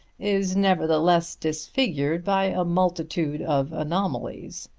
is nevertheless disfigured by a multitude of anomalies.